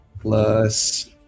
plus